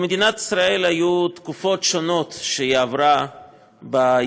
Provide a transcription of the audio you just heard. למדינת ישראל היו תקופות שונות שהיא עברה ביחס